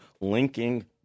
linking